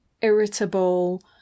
irritable